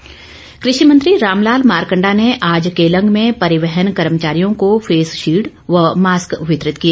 मारकंडा कृषि मंत्री रामलाल मारकंडा ने आज केलंग में परिवहन कर्मचारियों को फेस शील्ड व मास्क वितरित किए